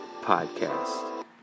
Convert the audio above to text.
Podcast